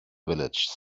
village